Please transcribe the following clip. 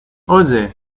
oye